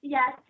Yes